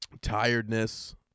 tiredness